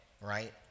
right